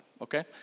Okay